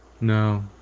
No